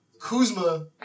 Kuzma